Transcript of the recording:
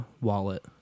wallet